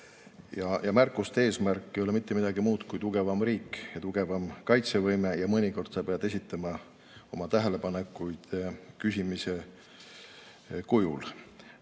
ja märkuste eesmärk ei ole mitte midagi muud kui tugevam riik ja tugevam kaitsevõime. Ja mõnikord sa pead esitama oma tähelepanekuid küsimise kujul.